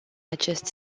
acest